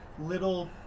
little